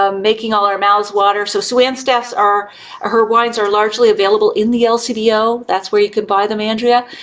um making all our mouths water. so sue-ann staff, ah her wines are largely available in the lcbo, that's where you could buy them, andrea.